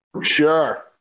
Sure